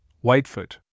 Whitefoot